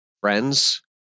friends